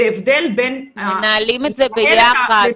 זה הבדל בין ל --- מנהלים את זה ביחד,